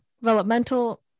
developmental